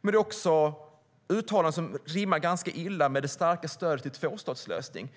Det är också ett uttalande som rimmar ganska illa med det starka stödet till en tvåstatslösning.